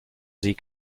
sie